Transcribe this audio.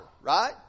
right